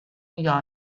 york